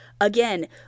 again